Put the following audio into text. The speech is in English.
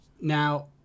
Now